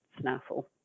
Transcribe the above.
snaffle